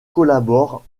collabore